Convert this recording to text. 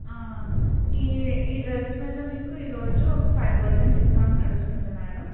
ఈ ఈ డ్రెస్ మీద మీకు ఈరోజు ఒక ఫైవ్ పర్సెంట్ డిస్కౌంట్ నడుస్తుంది మేడం